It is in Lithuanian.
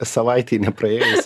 savaitei nepraėjus